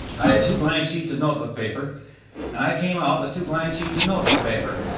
i had two blank sheets of notebook paper and i came out with two blank sheets of notebook paper.